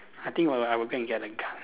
I think will I will go and get a gun